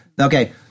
Okay